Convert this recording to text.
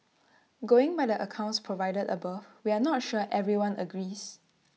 going by the accounts provided above we're not sure everyone agrees